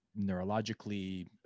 neurologically